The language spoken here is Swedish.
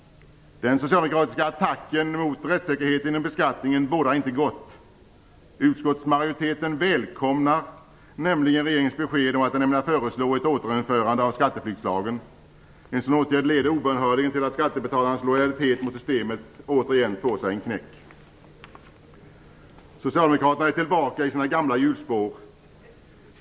Den socialdemokratiska attacken mot rättssäkerheten inom beskattningen bådar inte gott. Utskottsmajoriteten välkomnar nämligen regeringens besked om att den ämnar föreslå ett återinförande av skatteflyktslagen. En sådan åtgärd leder obönhörligen till att skattebetalarnas lojalitet mot systemet återigen får sig en knäck. Socialdemokraterna är tillbaka i sina gamla hjulspår.